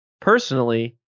personally